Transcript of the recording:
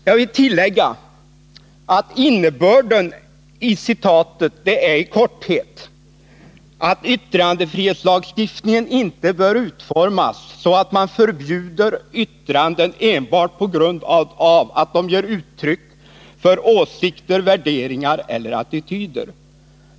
Jag vill tillägga att innebörden i passusen i korthet är den att yttrandefrihetslagstiftningen inte bör utformas så, att man förbjuder yttranden enbart på grund av att de ger uttryck för åsikter, värderingar eller attityder.